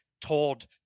told